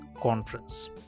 conference